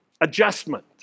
adjustment